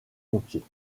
pompiers